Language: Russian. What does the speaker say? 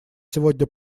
сегодня